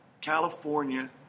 California